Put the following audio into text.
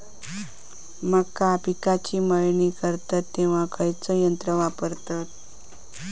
मका पिकाची मळणी करतत तेव्हा खैयचो यंत्र वापरतत?